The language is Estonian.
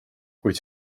kuid